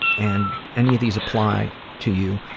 and any of these apply to you,